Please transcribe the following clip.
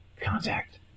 contact